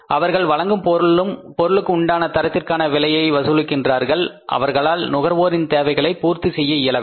அவர்கள் வழங்கும் பொருளுக்கு உண்டான தரத்திற்கான விலையை வசூலிக்கிறார்கள் அவர்களால் நுகர்வோரின் தேவைகளை பூர்த்தி செய்ய இயலவில்லை